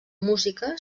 música